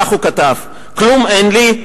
כך הוא, שלמה בן יוסף, כתב: "כלום אין לי.